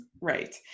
Right